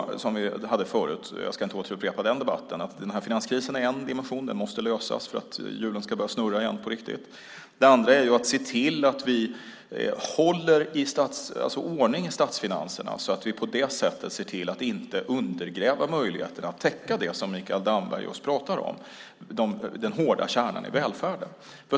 Som vi sade förut, även om jag inte vill upprepa den debatten, är finanskrisen en dimension, och den måste lösas för att hjulen ska börja snurra igen på riktigt. Det andra är att se till att hålla ordning i statsfinanserna så att vi inte undergräver möjligheterna att täcka just det som Mikael Damberg talar om, nämligen den hårda kärnan i välfärden.